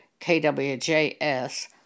KWJS